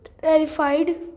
terrified